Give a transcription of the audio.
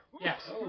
Yes